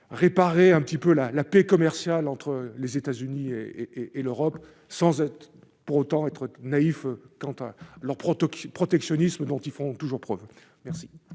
réparer un petit peu la la paix commerciale entre les États-Unis et et l'Europe, sans être pour autant être naïf quant à leur protocole protectionnisme dont ils font toujours preuve merci.